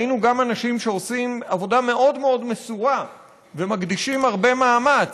ראינו גם אנשים שעושים עבודה מאוד מאוד מסורה ומקדישים הרבה מאמץ,